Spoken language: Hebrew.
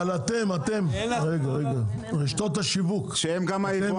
אבל עכשיו אין פיקוח, אז מה אדוני אומר?